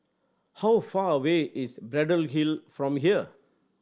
how far away is Braddell Hill from here